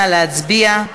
נא להצביע.